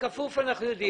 כפוף, אנחנו יודעים.